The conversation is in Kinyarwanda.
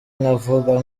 nkavuga